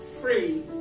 free